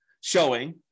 showing